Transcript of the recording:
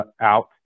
out